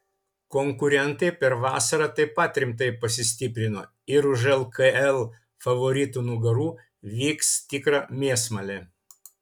konkurentai per vasarą taip pat rimtai pasistiprino ir už lkl favoritų nugarų vyks tikra mėsmalė